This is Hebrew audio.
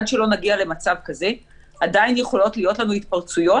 עד שלא נגיע למצב כזה עדיין יכולות להיות לנו התפרצויות,